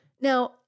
Now